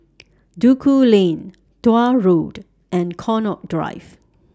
Duku Lane Tuah Road and Connaught Drive